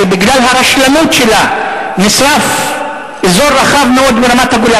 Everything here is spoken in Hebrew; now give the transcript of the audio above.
שבגלל הרשלנות שלה נשרף אזור רחב מאוד ברמת-הגולן,